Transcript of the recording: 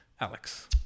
Alex